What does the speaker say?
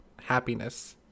happiness